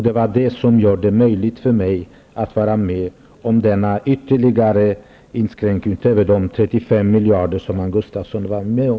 Det är detta som gör det möjligt för mig att gå med på denna ytterligare inskränkning, utöver de 35 miljarder som Hans Gustafsson var med om.